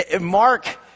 Mark